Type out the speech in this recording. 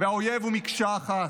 והאויב הוא מקשה אחת.